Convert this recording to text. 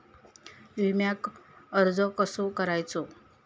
विम्याक अर्ज कसो करायचो?